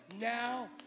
now